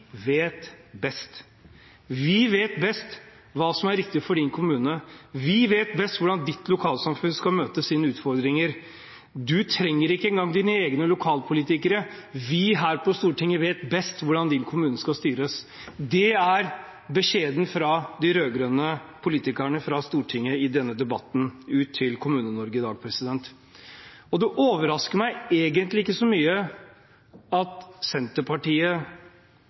vet best. Vi vet best hva som er riktig for din kommune. Vi vet best hvordan ditt lokalsamfunn skal møte sine utfordringer. Du trenger ikke engang dine egne lokalpolitikere – vi her på Stortinget vet best hvordan din kommune skal styres. Det er beskjeden ut til Kommune-Norge i dag fra de rød-grønne politikerne på Stortinget i denne debatten. Det overrasker meg egentlig ikke så mye at Senterpartiet